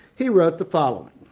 he wrote the following